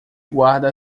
guarda